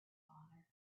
father